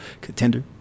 contender